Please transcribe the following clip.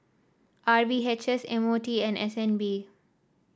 R V H S M O T and S N B